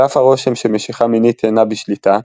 על אף הרושם שמשיכה מינית אינה בשליטה,